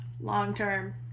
long-term